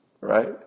right